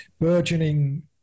burgeoning